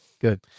good